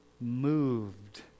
moved